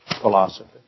philosophy